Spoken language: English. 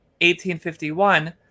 1851